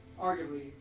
arguably